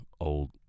old